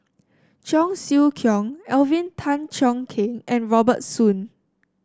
Cheong Siew Keong Alvin Tan Cheong Kheng and Robert Soon